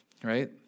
Right